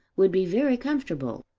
would be very comfortable.